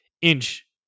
inch